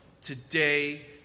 today